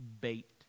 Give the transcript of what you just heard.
Bait